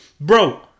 bro